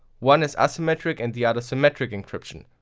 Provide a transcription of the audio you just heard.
one is asymmetric and the other symmetric encryption.